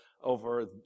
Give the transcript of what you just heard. over